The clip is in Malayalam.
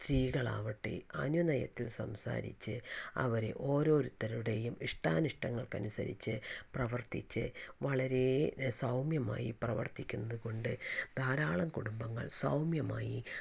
സ്ത്രീകളാവട്ടെ അനുനയത്തിൽ സംസാരിച്ച് അവരെ ഓരോരുത്തരുടെയും ഇഷ്ടാനിഷ്ടങ്ങൾക്കനുസരിച്ച് പ്രവർത്തിച്ച് വളരെ സൗമ്യമായി പ്രവർത്തിക്കുന്നത് കൊണ്ട് ധാരാളം കുടുംബങ്ങൾ സൗമ്യമായി